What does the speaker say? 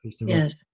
Yes